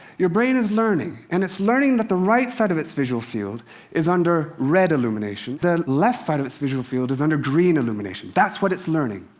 your brain is learning, and it's learning that the right side of its visual field is under red illumination the left side of its visual field is under green illumination. that's what it's learning.